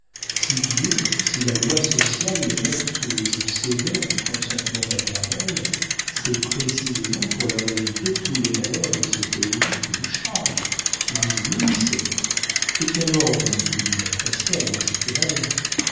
si dieu si la loi sociale les mettent sous le joug sévère du consentement paternel c'est précisément pour leur épargner tous les malheurs de ces poésies qui vous charment qui vous éblouissent et qu'alors vous ne pouvez apprécier à leur juste valeur